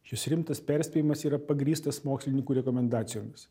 šis rimtas perspėjimas yra pagrįstas mokslininkų rekomendacijomis